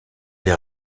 les